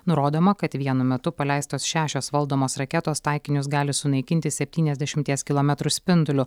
nurodoma kad vienu metu paleistos šešios valdomos raketos taikinius gali sunaikinti septyniasdešimties kilometrų spinduliu